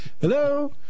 Hello